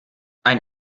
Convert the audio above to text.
ein